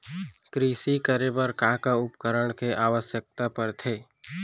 कृषि करे बर का का उपकरण के आवश्यकता परथे?